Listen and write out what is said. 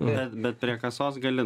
bet bet prie kasos gali